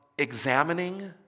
Examining